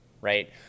Right